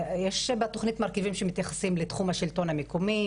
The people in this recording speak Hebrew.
בתוכנית מרכיבים שמתייחסים לתחום השלטון המקומי,